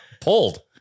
pulled